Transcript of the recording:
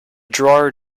drawer